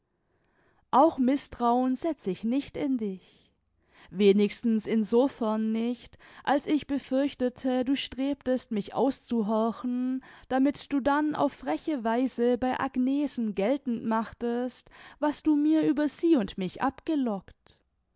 auch mißtrauen setz ich nicht in dich wenigstens in so fern nicht als ich befürchtete du strebest mich auszuhorchen damit du dann auf freche weise bei agnesen geltend machtest was du mir über sie und mich abgelockt